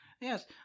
Yes